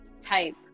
type